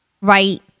right